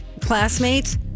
classmates